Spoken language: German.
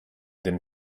den